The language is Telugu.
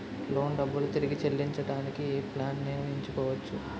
లోన్ డబ్బులు తిరిగి చెల్లించటానికి ఏ ప్లాన్ నేను ఎంచుకోవచ్చు?